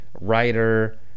writer